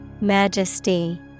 Majesty